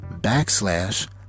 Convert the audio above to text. backslash